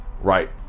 right